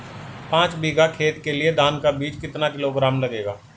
पाँच बीघा खेत के लिये धान का बीज कितना किलोग्राम लगेगा?